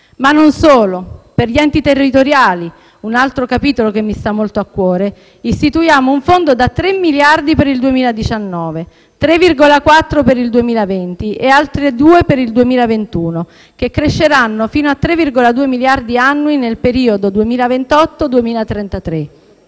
Non solo. Per gli enti territoriali - un altro capitolo che mi sta molto a cuore - istituiamo un fondo da 3 miliardi per il 2019, 3,4 per il 2020 e altri 2 per il 2021, che cresceranno fino a 3,2 miliardi annui nel periodo 2028-2033.